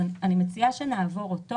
אני מציעה שנגיע אליו.